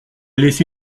laissé